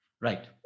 Right